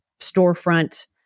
storefront